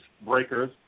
breakers